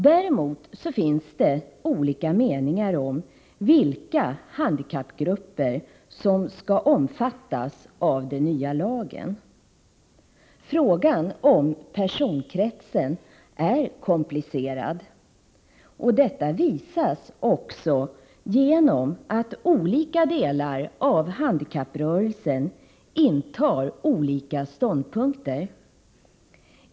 Däremot finns det olika meningar om vilka handikappgrupper som skall omfattas av den nya lagen. Frågan om personkretsen är komplicerad. Detta visas också genom att olika delar av handikapprörelsen intar olika ståndpunkter.